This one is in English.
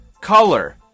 color